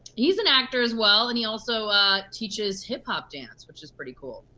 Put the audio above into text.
he's an actor as well and he also teaches hip hop dance which is pretty cool.